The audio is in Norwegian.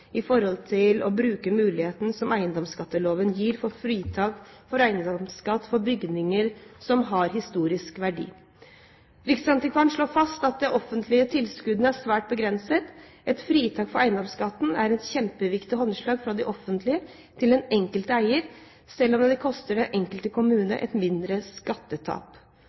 å bruke muligheten som eiendomsskatteloven gir for fritak for eiendomsskatt for bygninger som har historisk verdi. Riksantikvaren slår fast at de offentlige tilskuddene er svært begrenset. Et fritak for eiendomsskatten er et kjempeviktig håndslag fra det offentlige til den enkelte eier, selv om det koster den enkelte kommune et mindre skattetap.